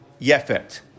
Yefet